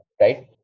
Right